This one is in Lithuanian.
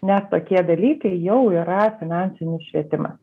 nes tokie dalykai jau yra finansinis švietimas